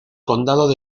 condado